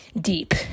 deep